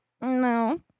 No